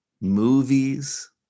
movies